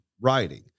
writing